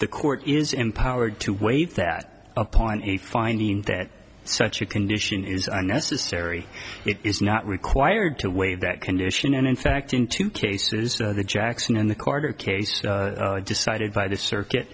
the court is empowered to waive that upon a finding that such a condition is unnecessary it is not required to waive that condition and in fact in two cases the jackson in the quarter case decided by the circuit